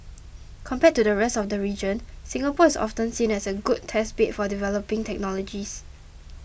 compared to the rest of the region Singapore is often seen as a good test bed for developing technologies